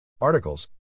Articles